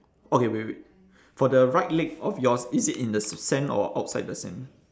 okay wait wait for the right leg of yours is it in the s~ sand or outside the sand